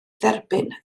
dderbyn